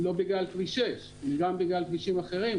לא בגלל כביש 6. יש גם בגלל כבישים אחרים,